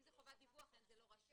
אם זו חובת הדיווח --- הסייג